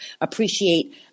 appreciate